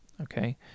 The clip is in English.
Okay